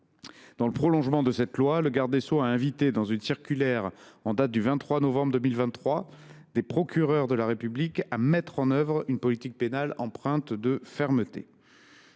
Dans le prolongement de cette loi, le garde des sceaux a invité, dans une circulaire datée du 23 novembre 2023, les procureurs de la République à mettre en œuvre une politique pénale empreinte de fermeté.